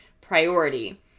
priority